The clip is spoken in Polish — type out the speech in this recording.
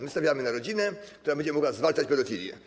My stawiamy na rodzinę, która będzie mogła zwalczać pedofilię.